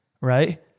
right